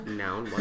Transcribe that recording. noun